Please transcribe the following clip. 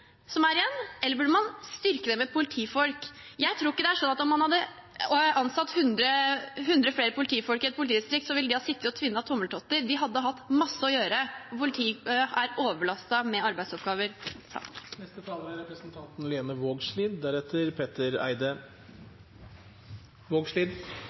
som er igjen, eller burde man styrke dem med politifolk? Jeg tror ikke, om man hadde ansatt hundre flere politifolk i et politidistrikt, at de hadde sittet og tvinnet tommeltotter. De hadde hatt masse å gjøre, for politiet er overbelastet med arbeidsoppgaver.